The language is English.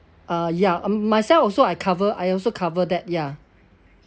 uh ya uh myself also I cover I also cover that ya